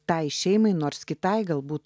tai šeimai nors kitai galbūt